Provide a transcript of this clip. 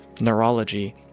neurology